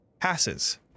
passes